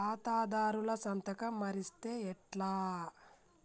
ఖాతాదారుల సంతకం మరిస్తే ఎట్లా?